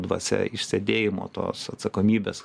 dvasia iš sėdėjimo tos atsakomybės